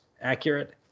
accurate